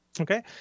Okay